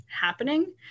happening